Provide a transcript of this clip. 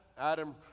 Adam